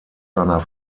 seiner